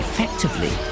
Effectively